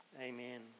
amen